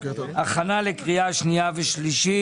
הכנה לקריאה שנייה ושלישית.